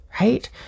right